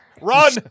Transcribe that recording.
Run